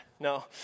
no